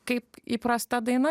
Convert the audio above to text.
kaip įprasta daina